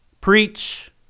Preach